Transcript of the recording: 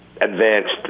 advanced